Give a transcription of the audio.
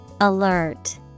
alert